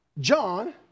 John